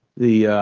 the